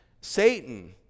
Satan